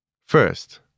First